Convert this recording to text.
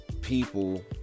people